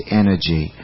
energy